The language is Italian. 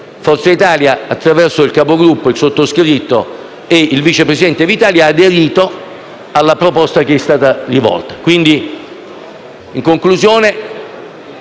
Forza Italia, attraverso il Capogruppo, il sottoscritto e il vice presidente Vitali, ha aderito alla proposta che ci è stata rivolta.